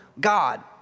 God